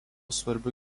svarbiu